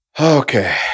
Okay